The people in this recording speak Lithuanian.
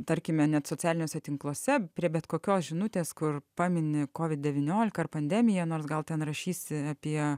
tarkime net socialiniuose tinkluose prie bet kokios žinutės kur pamini kovid devyniolika ar pandemiją nors gal ten rašysi apie